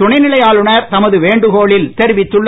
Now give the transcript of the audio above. துணைநிலை ஆளுநர் தமது வேண்டுகோளில் தெரிவித்துள்ளார்